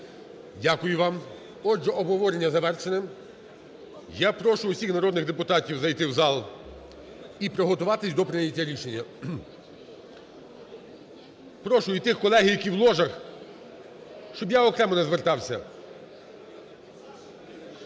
Дякую вам. Отже, обговорення завершене. Я прошу усіх народних депутатів зайти в зал і приготуватися до прийняття рішення. прошу і тих колег, які в ложах, щоб я окремо не звертався.